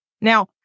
Now